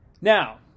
Now